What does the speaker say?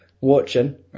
watching